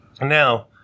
Now